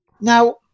now